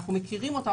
אנחנו מכירים אותם,